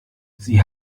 sie